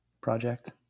project